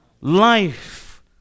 Life